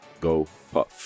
GoPuff